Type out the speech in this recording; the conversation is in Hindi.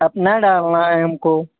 अपना डालना है हमको